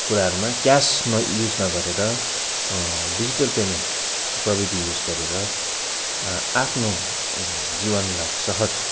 कुराहरूमा क्यास न युज नगरेर डिजिटल पेमेन्ट प्रविधि युज गरेर आफ्नो जीवनलाई सहज